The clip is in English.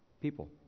people